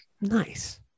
nice